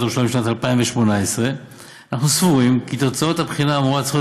ירושלים בשנת 2018. אנחנו סבורים כי תוצאות הבחינה האמורה צריכות